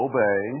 Obey